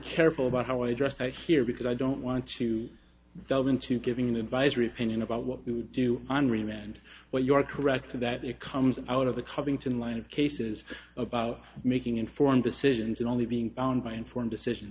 careful about how i addressed here because i don't want to delve into giving an advisory opinion about what you would do on remand when you are correct that it comes out of the covington line of cases about making informed decisions and only being found by informed decision